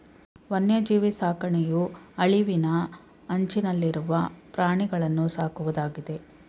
ವನ್ಯಜೀವಿ ಸಾಕಣೆಯು ಅಳಿವಿನ ಅಂಚನಲ್ಲಿರುವ ಪ್ರಾಣಿಗಳನ್ನೂ ಸಾಕುವುದಾಗಿದೆ